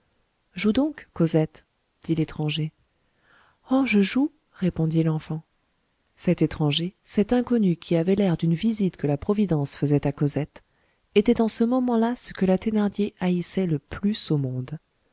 joue donc cosette dit l'étranger oh je joue répondit l'enfant cet étranger cet inconnu qui avait l'air d'une visite que la providence faisait à cosette était en ce moment-là ce que la thénardier haïssait le plus au monde